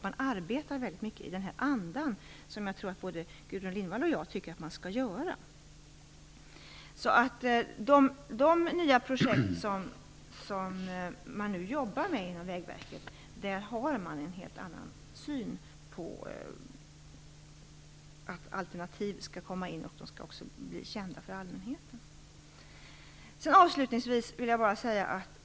Man arbetar i stor utsträckning i den anda som jag tror att både Gudrun Lindvall och jag tycker att man skall arbeta i. Inom de nya projekt som man nu jobbar med inom Vägverket har man en helt annan syn på att alternativ skall komma in och också bli kända för allmänheten.